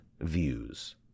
views